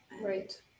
Right